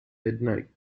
midnight